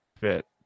fit